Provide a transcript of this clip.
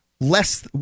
less